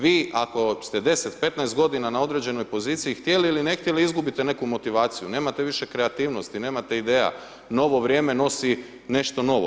Vi ako ste 10-15 g. na određenoj poziciji, htjeli ili ne htjeli izgubit neku motivaciju nemate više kreativnosti, nemate ideja, novo vrijeme nosi nešto novo.